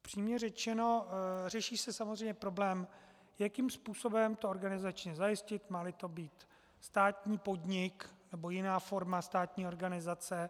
Upřímně řečeno, řeší se samozřejmě problém, jakým způsobem to organizačně zajistit, máli to být státní podnik, nebo jiná forma, státní organizace.